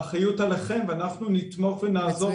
האחריות עליכם ואנחנו נתמוך ונעזור -- מצוין.